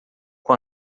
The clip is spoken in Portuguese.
com